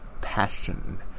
Passion